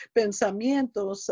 pensamientos